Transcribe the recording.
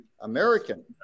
American